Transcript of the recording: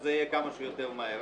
שזה יהיה כמה שיותר מהר.